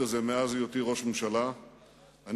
הזה מאז היותי ראש הממשלה בפעם הקודמת.